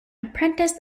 apprenticed